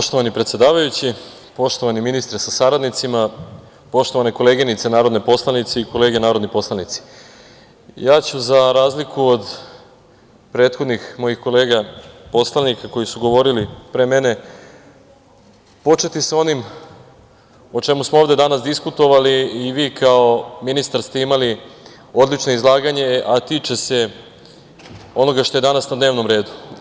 Poštovani predsedavajući, poštovani ministre sa saradnicima, poštovane koleginice narodne poslanice i kolege narodni poslanici, ja ću za razliku od prethodnih mojih kolega poslanika koji su govorili pre mene početi sa onim o čemu smo ovde danas diskutovali i vi kao ministar ste imali odlično izlaganje, a tiče se onoga što je danas na dnevnom redu.